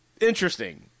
Interesting